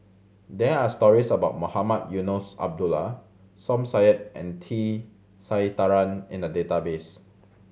there are stories about Mohamed Eunos Abdullah Som Said and T Sasitharan in the database